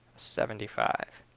seventy five.